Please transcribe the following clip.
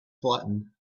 flattened